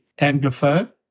Anglophone